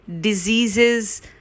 diseases